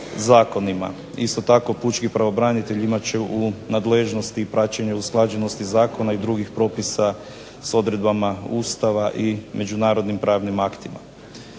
Isto tako pučki pravobranitelj imat će u nadležnosti praćenje usklađenosti zakona i drugih propisa s odredbama Ustava i međunarodnim pravnim aktima.